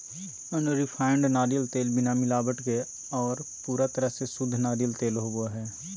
unrefined नारियल तेल बिना मिलावट के आर पूरा तरह से शुद्ध नारियल तेल होवो हय